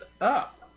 up